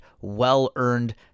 well-earned